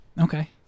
Okay